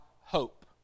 hope